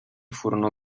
furono